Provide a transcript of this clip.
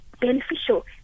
beneficial